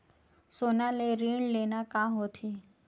सोना ले ऋण लेना का होथे?